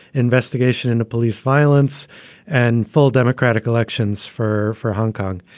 investigation into police violence and full democratic elections for for hong kong.